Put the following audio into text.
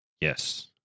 Yes